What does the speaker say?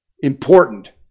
Important